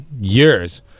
years